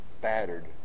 battered